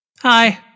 Hi